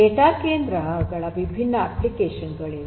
data ಕೇಂದ್ರಗಳ ವಿಭಿನ್ನ application ಗಳಿವೆ